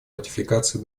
ратификации